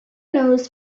knows